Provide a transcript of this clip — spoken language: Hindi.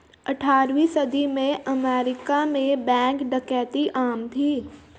अठारहवीं सदी के अमेरिका में बैंक डकैती आम थी